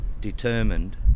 determined